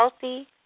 healthy